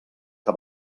que